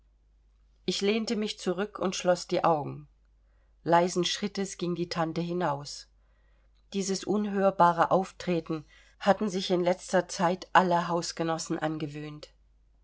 ich lehnte mich zurück und schloß die augen leisen schrittes ging die tante hinaus dieses unhörbare auftreten hatten sich in letzter zeit alle hausgenossen angewöhnt